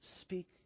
speak